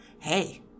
Hey